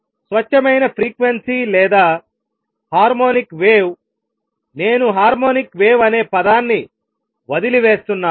స్వచ్ఛమైన ఫ్రీక్వెన్సీ లేదా harmonic wave నేను హార్మోనిక్ వేవ్ అనే పదాన్ని వదిలివేస్తున్నాను